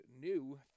new